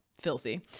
Filthy